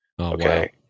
okay